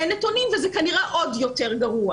אין נתונים וזה כנראה עוד יותר גרוע.